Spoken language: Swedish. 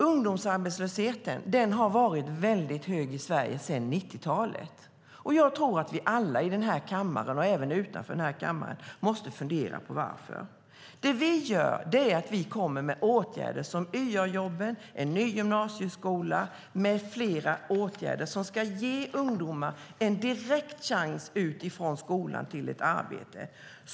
Ungdomsarbetslösheten har varit hög i Sverige sedan 90-talet, och alla här i kammaren och utanför måste fundera på varför. Vi kommer med åtgärder såsom YA-jobb, ny gymnasieskola med mera som ska ge ungdomar en direkt chans till arbete efter skolan.